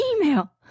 email